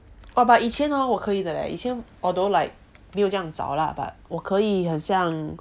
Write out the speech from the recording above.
but but 以前哦我可以的 leh 以前 although like 没有这样早啦 but 我可以很像